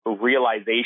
realization